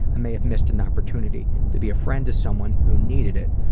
i may have missed an opportunity to be a friend to someone who needed it,